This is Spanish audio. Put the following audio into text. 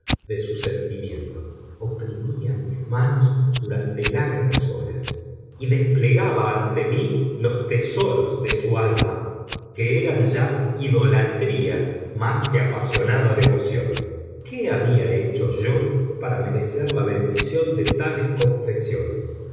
de su sentimiento oprimía mis manos durante largas horas y desplegaba ante mí los tesoros de su alma que eran ya idolatría más que apasionada devoción qué había hecho yo para merecer la bendición de tales confesiones